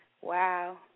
Wow